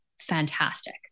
fantastic